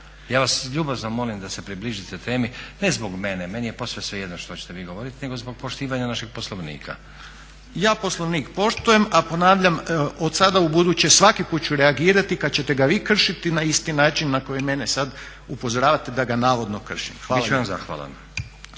Ja vas ljubazno molim da se približite temi, ne zbog mene, meni je posve svejedno što čete vi govoriti nego zbog poštivanja našeg Poslovnika. **Reiner, Željko (HDZ)** Ja Poslovnik poštujem, a ponavljam, od sada ubuduće svakako ću reagirati kada ćete ga vi kršiti na isti način na koji mene sada upozoravate da ga navodno kršim. Hvala